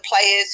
players